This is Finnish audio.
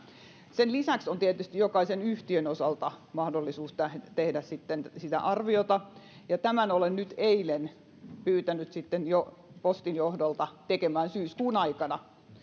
sen lisäksi on tietysti jokaisen yhtiön osalta mahdollisuus tehdä sitä arviota ja olen eilen jo pyytänyt postin johdolta että syyskuun aikana